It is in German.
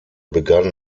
begann